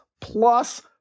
plus